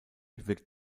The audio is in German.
wirkt